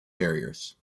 carriers